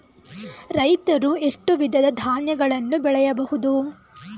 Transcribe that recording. ರೈತರು ಎಷ್ಟು ವಿಧದ ಧಾನ್ಯಗಳನ್ನು ಬೆಳೆಯಬಹುದು?